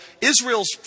Israel's